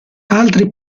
altri